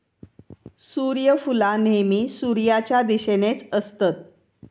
सुर्यफुला नेहमी सुर्याच्या दिशेनेच असतत